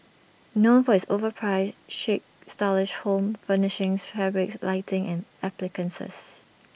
known for its overpriced chic stylish home furnishings fabrics lighting and appliances